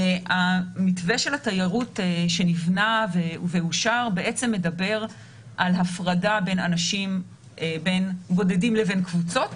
מתווה התיירות שנבנה ואושר מדבר על הפרדה בין בודדים לבין קבוצות,